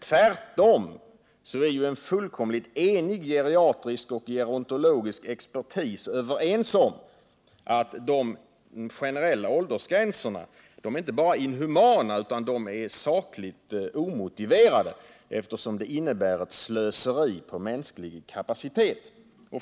Tvärtom är en fullkomligt enig geriatrisk och gerontologisk expertis överens om att de generella åldersgränserna inte bara är inhumana utan också sakligt omotiverade, eftersom de innebär ett slöseri i fråga om mänsklig kapacitet.